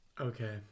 Okay